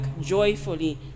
joyfully